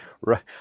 Right